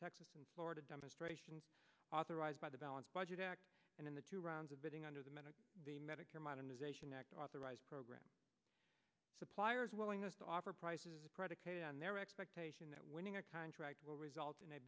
texas and florida demonstrations authorized by the balanced budget act and in the two rounds of voting under the minute the medicare modernization act authorized program suppliers willingness to offer prices predicated on their expectation that winning a contract will result in a